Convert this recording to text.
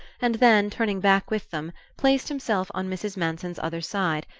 and then, turning back with them, placed himself on mrs. manson's other side,